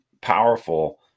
powerful